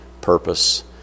purpose